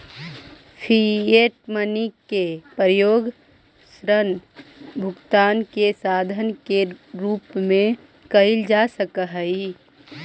fiat money के प्रयोग ऋण भुगतान के साधन के रूप में कईल जा सकऽ हई